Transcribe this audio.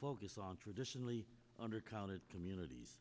focus on traditionally undercounted communities